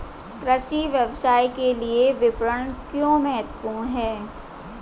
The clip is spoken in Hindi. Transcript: कृषि व्यवसाय के लिए विपणन क्यों महत्वपूर्ण है?